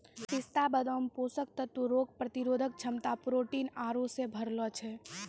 पिस्ता बादाम पोषक तत्व रोग प्रतिरोधक क्षमता प्रोटीन आरु से भरलो छै